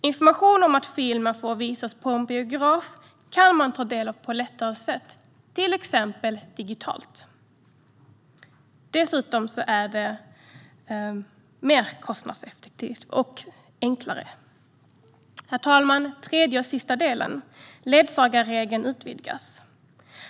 Informationen att en film får visas på biograf kan man ta del av på enklare sätt, till exempel digitalt. Det är dessutom mer kostnadseffektivt. Den tredje och sista delen handlar om att ledsagarregeln utvidgas.